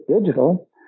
digital